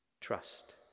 Trust